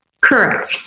Correct